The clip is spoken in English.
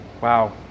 Wow